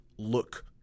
look